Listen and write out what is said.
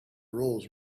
roles